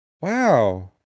Wow